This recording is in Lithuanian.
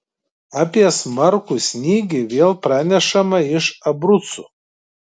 apie smarkų snygį vėl pranešama iš abrucų